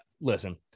listen